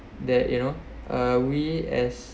that you know uh we as